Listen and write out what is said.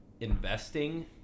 investing